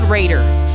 Raiders